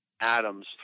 atoms